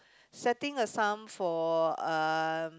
setting a sum for uh